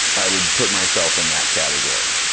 i would put myself in that category.